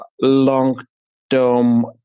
long-term